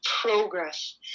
progress